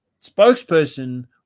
spokesperson